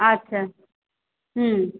আচ্ছা হুম